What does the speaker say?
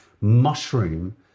mushroom